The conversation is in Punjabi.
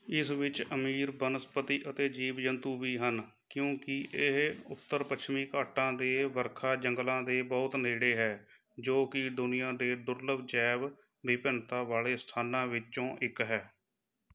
ਇਸ ਵਿੱਚ ਅਮੀਰ ਬਨਸਪਤੀ ਅਤੇ ਜੀਵ ਜੰਤੂ ਵੀ ਹਨ ਕਿਉਂਕਿ ਇਹ ਉੱਤਰ ਪੱਛਮੀ ਘਾਟਾਂ ਦੇ ਵਰਖਾ ਜੰਗਲਾਂ ਦੇ ਬਹੁਤ ਨੇੜੇ ਹੈ ਜੋ ਕਿ ਦੁਨੀਆ ਦੇ ਦੁਰਲੱਭ ਜੈਵ ਵਿਭਿੰਨਤਾ ਵਾਲੇ ਸਥਾਨਾਂ ਵਿੱਚੋਂ ਇੱਕ ਹੈ